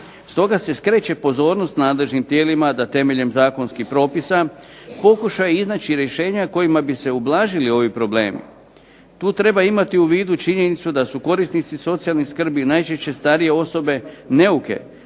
Stoga se skreće pozornost nadležnim tijelima da temeljem zakonskih propisa pokušaju iznaći rješenja kojima bi se ublažili ovi problemi. Tu treba imati u vidu činjenicu da su korisnici socijalnih skrbi najčešće starije osobe neuke,